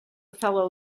fellow